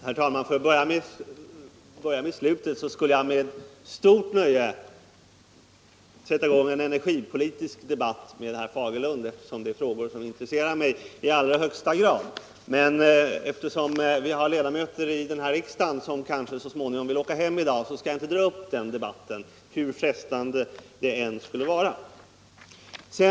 Herr talman! För att börja med slutet, så skulle jag med stort nöje sätta i gång en energipolitisk debatt med herr Fagerlund, eftersom det är frågor som intresserar mig i allra högsta grad. Men då vi har ledamöter här i riksdagen som kanske vill åka hem så småningom i dag skall jag inte ta upp den debatten, hur frestande det än skulle vara.